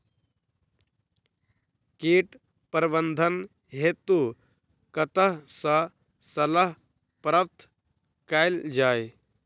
कीट प्रबंधन हेतु कतह सऽ सलाह प्राप्त कैल जाय?